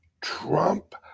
Trump